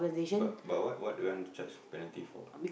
but but what what do you want to charge penalty for